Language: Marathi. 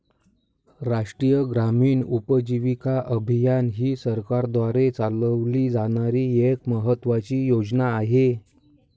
राष्ट्रीय ग्रामीण उपजीविका अभियान ही सरकारद्वारे चालवली जाणारी एक महत्त्वाची योजना आहे